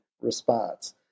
response